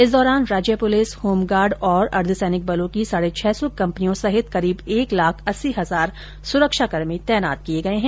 इस दौरान राज्य पुलिस होमगार्ड और अर्द्वसैनिक बलों की साढ़े छह सौ कंपनियों सहित करीब एक लाख अस्सी हजार सुरक्षाकर्मी तैनात किए गए हैं